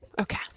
Okay